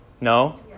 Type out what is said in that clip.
No